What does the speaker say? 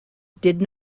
did